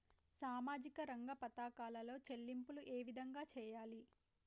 సామాజిక రంగ పథకాలలో చెల్లింపులు ఏ విధంగా చేయాలి?